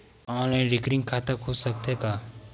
Online recurring खाता खुल सकथे का?